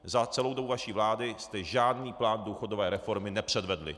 Za celou dobu vaší vlády jste žádný plán důchodové reformy nepředvedli.